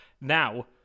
Now